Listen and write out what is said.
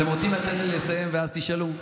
אתם רוצים לתת לי לסיים ואז תשאלו?